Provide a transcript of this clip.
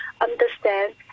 understand